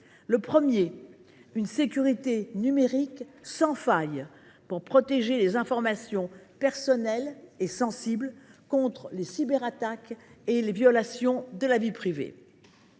la nécessité d’une sécurité numérique sans faille pour protéger les informations personnelles et sensibles contre les cyberattaques et les violations de la vie privée.